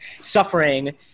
suffering